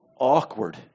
awkward